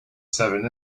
seven